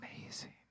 amazing